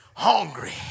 hungry